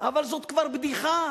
אבל זו כבר בדיחה.